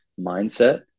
mindset